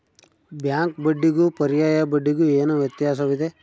Bank ಬಡ್ಡಿಗೂ ಪರ್ಯಾಯ ಬಡ್ಡಿಗೆ ಏನು ವ್ಯತ್ಯಾಸವಿದೆ?